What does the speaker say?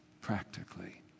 practically